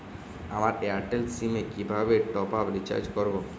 আমার Airtel SIM এ কিভাবে টপ আপ রিচার্জ করবো?